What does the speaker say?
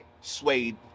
suede